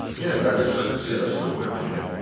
yeah. but i guess, i guess, yeah, that's a good way of putting it.